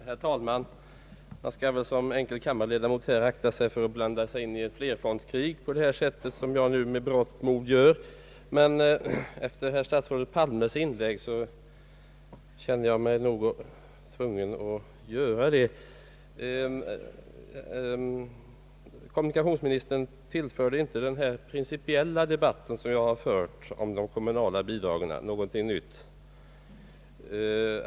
Herr talman! Man skall väl som enkel kammarledamot akta sig för att blanda sig i ett flerfrontskrig på det sätt som jag nu med berått mod gör. Men efter herr statsrådet Palmes inlägg känner jag mig tvungen att göra det. Kommunikationsministern = tillförde inte något nytt till den principiella debatt, som jag har fört om de kommunala bidragen.